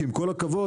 כי עם כל הכבוד,